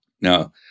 Now